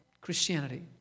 Christianity